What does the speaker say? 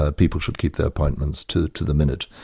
ah people should keep their appointments to to the minute,